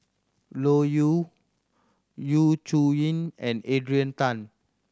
Loke Yew Yu Zhuye and Adrian Tan